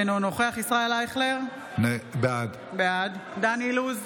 אינו נוכח ישראל אייכלר, בעד דן אילוז,